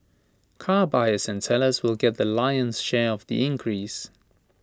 car buyers and sellers will get the lion's share of the increase